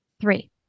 three